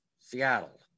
Seattle